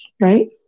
right